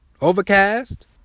Overcast